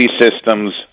systems